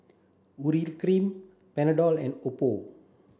Urea cream Panadol and Oppo